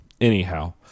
anyhow